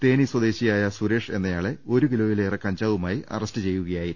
തേനി സ്വദേശിയായ സുരേഷ് എന്ന യാളെ ഒരു കിലോയിലേറെ കഞ്ചാവുമായി അറസ്റ്റ് ചെയ്യുക യായിരുന്നു